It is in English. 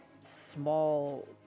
small